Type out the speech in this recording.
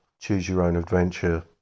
choose-your-own-adventure